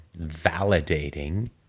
validating